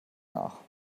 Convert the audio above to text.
nach